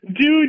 Dude